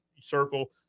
circle